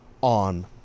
on